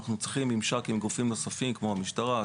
אנחנו צריכים ממשק עם גופים נוספים כמו המשטרה,